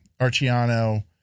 Arciano